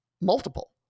multiple